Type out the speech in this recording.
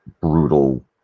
brutal